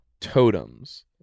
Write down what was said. totems